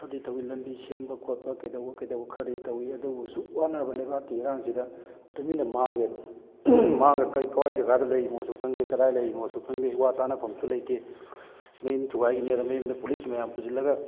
ꯈꯔꯗꯤ ꯇꯧꯋꯤ ꯂꯝꯕꯤ ꯁꯦꯝꯕ ꯈꯣꯠꯄ ꯀꯩꯗꯧꯕ ꯀꯩꯗꯧꯕ ꯈꯔꯗꯤ ꯇꯧꯋꯤ ꯑꯗꯨꯕꯨ ꯑꯁꯨꯛ ꯋꯥꯅꯔꯕ ꯂꯩꯕꯥꯛꯀꯤ ꯏꯔꯥꯡꯁꯤꯗ ꯇꯨꯃꯤꯟꯅ ꯃꯥꯡꯉꯦ ꯑꯗꯨꯝ ꯃꯥꯡꯉ ꯀꯔꯤ ꯀꯔꯥꯏꯋꯥꯏ ꯖꯒꯥꯗ ꯂꯩꯔꯤꯅꯣꯁꯨ ꯈꯪꯗꯦ ꯀꯗꯥꯏ ꯂꯩꯔꯤꯅꯣꯁꯨ ꯈꯪꯗꯦ ꯋꯥ ꯇꯥꯅꯐꯝꯁꯨ ꯂꯩꯇꯦ ꯃꯌꯨꯝ ꯊꯨꯒꯥꯏꯈꯤꯅꯦꯗꯅ ꯃꯌꯨꯝꯗ ꯄꯨꯂꯤꯁ ꯃꯌꯥꯝ ꯄꯨꯁꯤꯜꯂꯒ